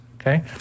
Okay